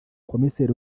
komiseri